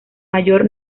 mayor